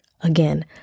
Again